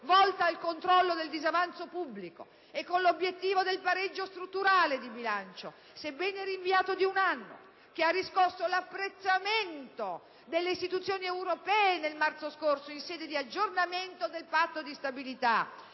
volta al controllo del disavanzo pubblico e ha l'obiettivo del pareggio strutturale di bilancio, sebbene rinviato di un anno, che ha riscosso l'apprezzamento delle istituzioni europee nel marzo scorso, in sede di aggiornamento del Patto di stabilità,